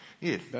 Yes